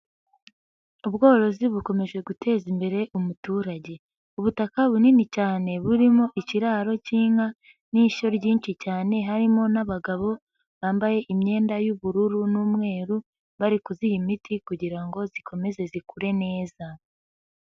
Ubworozi bukomeje guteza imbere umuturage. Ubutaka bunini cyane burimo ikiraro cy'inka n'ishyo ryinshi cyane, harimo n'abagabo bambaye imyenda y'ubururu n'umweru, bari kuziha imiti kugira ngo zikomeze zikure neza.